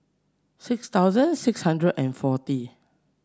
six thousand six hundred and forty